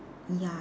ya